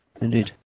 Indeed